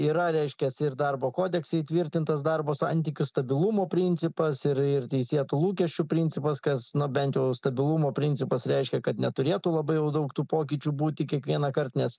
yra reiškias ir darbo kodekse įtvirtintas darbo santykių stabilumų principas ir ir teisėtų lūkesčių principas kas nu bent jau stabilumo principas reiškia kad neturėtų labai jau daug tų pokyčių būti kiekvienąkart nes